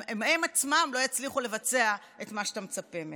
הם עצמם לא יצליחו לבצע את מה שאתה מצפה מהם.